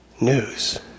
news